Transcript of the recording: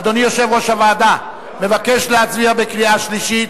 אדוני יושב-ראש הוועדה מבקש להצביע בקריאה שלישית,